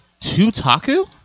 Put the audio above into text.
Tutaku